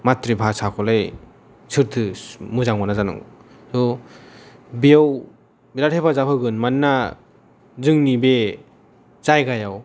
माथ्रि भासाखौलाय सोरथो मोजां मोना जानांगौ स' बेयाव बिराद हेफाजाब होगोन मानोना जोंनि बे जायगायाव